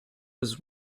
was